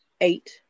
eight